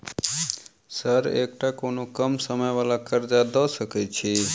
Sir एकटा कोनो कम समय वला कर्जा दऽ सकै छी?